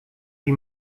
wie